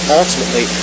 ultimately